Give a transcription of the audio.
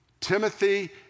Timothy